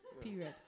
Period